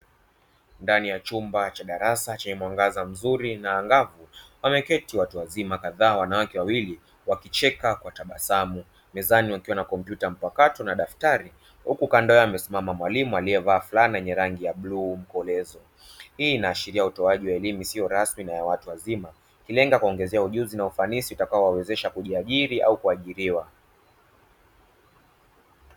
Ndani ya chumba cha darasa chenye mwangaza mzuri na angavu wameketi watu wazima kadhaa, wanawake wawili wakicheka kwa tabasamu, mezani wakiwa na kompyuta mpakato na daftari, huku kando yao amesimama mwalimu aliyevaa fulana yenye rangi ya bluu mkolezo. Hii inaashiria utoaji wa elimu isiyo rasmi ya watu wazima, ikilenga kuwaongezea ujuzi na ufanisi utakaowawezesha kujiajiri au kuajiriwa.